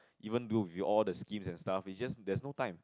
even do with all the schemes and stuff is just there's no time